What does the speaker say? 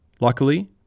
Luckily